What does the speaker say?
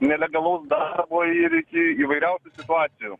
nelegalaus darbo ir iki įvairiausių situacijų